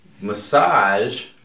massage